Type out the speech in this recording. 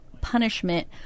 punishment